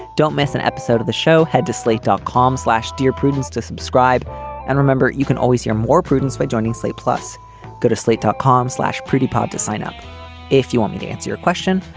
don't miss an episode of the show head to slate dot com slash. dear prudence to subscribe and remember you can always hear more prudence by joining slate plus get a slate dot com slash pretty pop to sign up if you want me to answer your question.